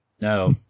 No